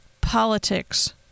politics